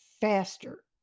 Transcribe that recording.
faster